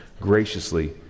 graciously